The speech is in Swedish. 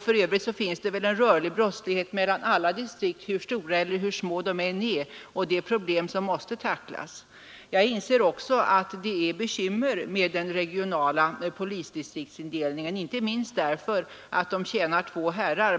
För övrigt finns det väl en rörlig brottslighet mellan alla distrikt, hur stora eller små de än är, och det är problem som måste tacklas. Jag inser också att det är bekymmer med den regionala polisdistriktsindelningen, inte minst därför att distrikten tjänar två herrar.